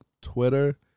Twitter